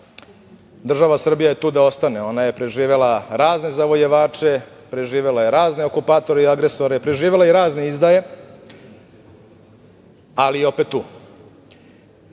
država Srbija je tu da ostane, ona je preživela razne zavojevače, preživela je razne okupatore i agresore, preživela je i razne izdaje, ali je opet